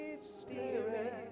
spirit